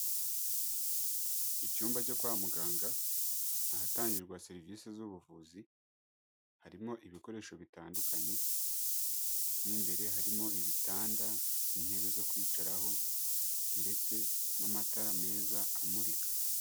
Icyumba cyo kwa muganga, ahatangirwa serivisi z'ubuvuzi, harimo ibikoresho bitandukanye, mo imbere harimo ibitanda, intebe zo kwicaraho ndetse n'amatara meza amurika.